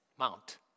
Mount